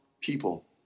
people